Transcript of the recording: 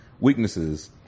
Weaknesses